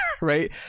right